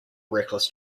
reckless